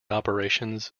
operations